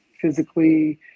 physically